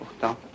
pourtant